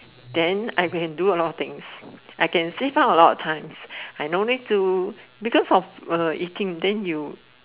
then I can do a lot of things I can save up a lot of time I no need to because for uh eating then you